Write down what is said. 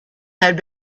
had